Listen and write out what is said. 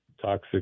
toxic